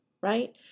right